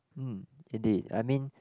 hmm indeed I mean